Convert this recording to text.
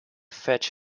fetch